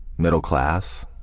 middle-class,